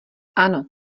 ano